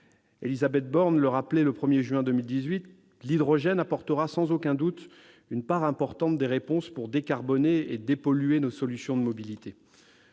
Élisabeth Borne le rappelait le 1 juin 2018, l'hydrogène apportera sans aucun doute une part importante des réponses pour décarboner et dépolluer nos solutions de mobilité.